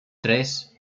tres